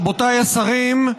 רבותיי השרים,